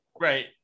Right